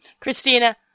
Christina